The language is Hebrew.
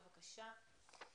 בבקשה.